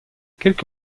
quelques